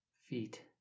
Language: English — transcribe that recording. feet